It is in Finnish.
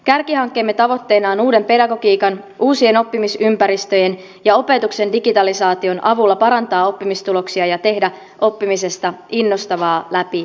kärkihankkeemme tavoitteena on uuden pedagogiikan uusien oppimisympäristöjen ja opetuksen digitalisaation avulla parantaa oppimistuloksia ja tehdä oppimisesta innostavaa läpi elämän